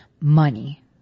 money